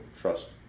trust